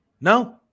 No